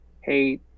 hey